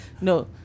no